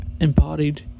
embodied